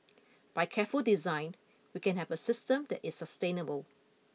by careful design we can have a system that is sustainable